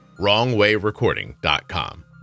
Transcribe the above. WrongWayRecording.com